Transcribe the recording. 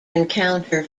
encounter